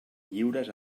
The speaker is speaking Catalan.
lliures